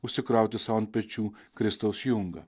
užsikrauti sau ant pečių kristaus jungą